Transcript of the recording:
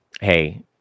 hey